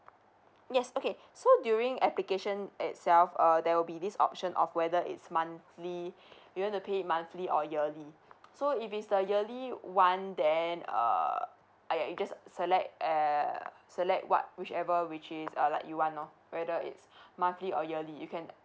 yes okay so during application itself err there will be this option of whether it's monthly you want to pay monthly or yearly so if it's a yearly one then err ya you just select err select what whichever which is err like you want lor whether its monthly or yearly you can